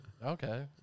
Okay